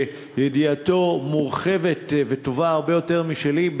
ידיעתו מורחבת וטובה הרבה יותר משלי,